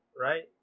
right